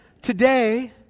today